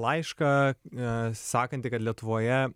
laišką sakantį kad lietuvoje